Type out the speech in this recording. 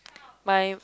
my